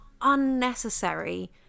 unnecessary